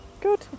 Good